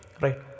right